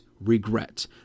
regret